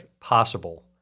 possible